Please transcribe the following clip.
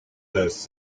those